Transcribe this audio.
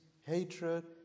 hatred